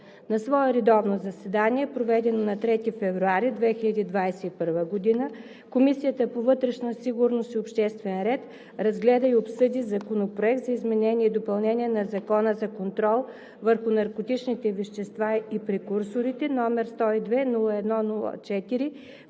На свое редовно заседание, проведено на 3 февруари 2021 г., Комисията по вътрешна сигурност и обществен ред разгледа и обсъди Законопроект за изменение и допълнение на Закона за контрол върху наркотичните вещества и прекурсорите, № 102-01-4,